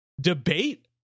debate